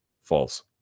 False